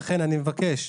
לכן, אני מבקש,